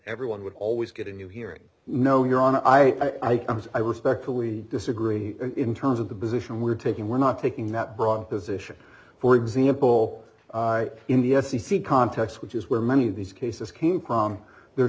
everyone would always get a new hearing no you're on i guess i respectfully disagree in terms of the position we're taking we're not taking that broad position for example in the s c c context which is where many of these cases came from their